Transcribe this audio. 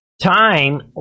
time